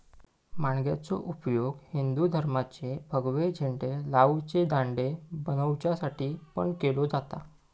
माणग्याचो उपयोग हिंदू धर्माचे भगवे झेंडे लावचे दांडे बनवच्यासाठी पण केलो जाता